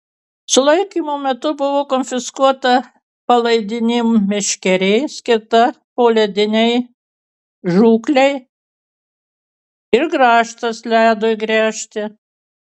sulaikymo metu buvo konfiskuota palaidinė meškerė skirta poledinei žūklei ir grąžtas ledui gręžti